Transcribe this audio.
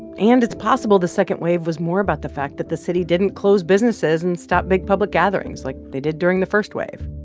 and it's possible the second wave was more about the fact that the city didn't close businesses and stop big public gatherings like they did during the first wave.